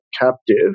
captive